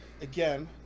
again